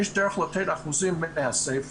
יש דרך לתת אחוזים מהספר,